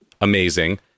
amazing